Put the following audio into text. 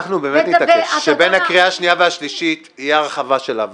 אנחנו נתעקש שלקראת הקריאה השנייה והשלישית תהיה הרחבה של העבירות.